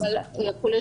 אבל יכול להיות